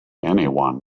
anyone